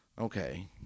Okay